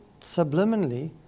subliminally